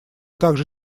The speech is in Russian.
также